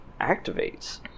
activates